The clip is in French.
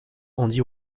andy